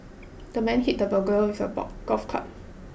the man hit the burglar with a golf club